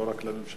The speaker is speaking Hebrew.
לא רק לממשלה.